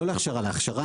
לא להכשרה בלבד,